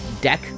deck